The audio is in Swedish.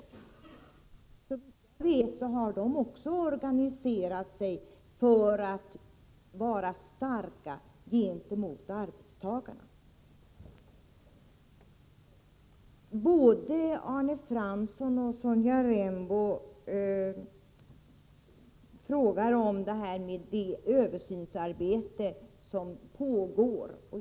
Såvitt jag vet har också arbetsgivarna organiserat sig för att vara starka gentemot arbetstagarna. Både Arne Fransson och Sonja Rembo frågar om det översynsarbete som pågår.